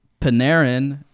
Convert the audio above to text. Panarin